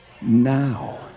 now